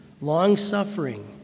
long-suffering